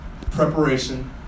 preparation